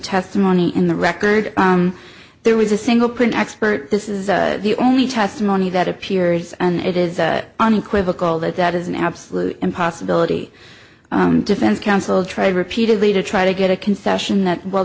testimony in the record there was a single print expert this is the only testimony that appears and it is unequivocal that that is an absolute impossibility defense counsel tried repeatedly to try to get a concession that w